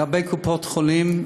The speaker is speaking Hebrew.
לגבי קופות-החולים,